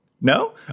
No